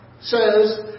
says